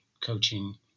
coaching